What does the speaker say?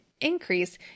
increase